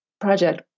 project